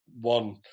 one